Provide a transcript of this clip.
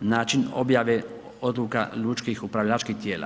način objave odluka lučkih upravljačkih tijela.